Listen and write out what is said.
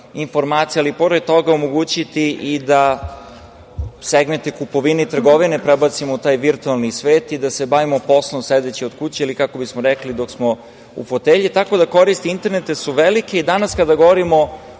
ali pored toga omogućiti i da segmente kupovine i trgovine prebacimo u taj virtuelni svet i da se bavimo poslom sedeći od kuće ili, kako bismo rekli, dok smo u fotelji. Tako da, koristi interneta su velike i danas kada govorimo